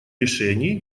решений